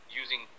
using